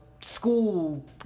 school